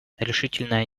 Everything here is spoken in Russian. решительное